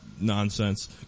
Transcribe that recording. nonsense